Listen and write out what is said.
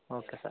okay sir